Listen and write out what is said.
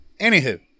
Anywho